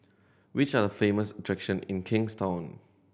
which are famous attraction in Kingstown